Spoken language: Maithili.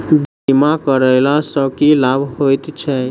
बीमा करैला सअ की लाभ होइत छी?